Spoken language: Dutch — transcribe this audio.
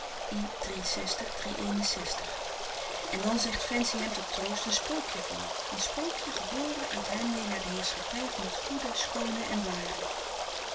en dan zegt fancy hem tot troost een sprookje voor een sprookje geboren uit heimwee naar de heerschappij van t goede schoone en ware